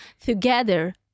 together